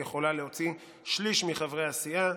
היא יכולה להוציא שליש מחברי הסיעה,